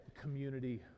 community